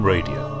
Radio